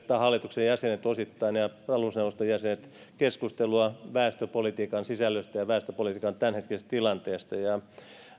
tai hallituksen jäsenet osittain ja talousneuvoston jäsenet kävivät kahdeskymmeneskolmas kymmenettä keskustelua väestöpolitiikan sisällöstä ja väestöpolitiikan tämänhetkisestä tilanteesta